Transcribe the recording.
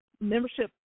membership